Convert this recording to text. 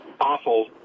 awful